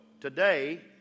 today